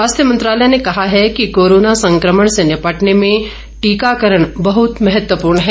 स्वास्थ्य मंत्रालय ने कहा है कि कोरोना संक्रमण से निपटने में टीकाकरण बहुत महत्वपूर्ण है